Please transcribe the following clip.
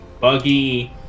Buggy